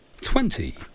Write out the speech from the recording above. Twenty